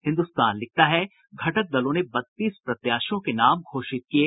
हिन्दुस्तान लिखता है घटक दलों ने बत्तीस प्रत्याशियों के नाम घोषित किये